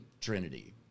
Trinity